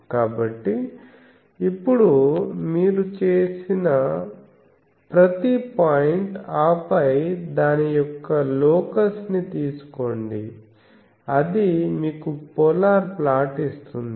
కాబట్టి ఇప్పుడు మీరు చేసిన ప్రతి పాయింట్ ఆపై దాని యొక్క లోకస్ ని తీసుకోండి అది మీకు పోలార్ ప్లాట్ ఇస్తుంది